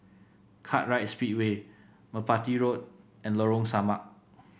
Kartright Speedway Merpati Road and Lorong Samak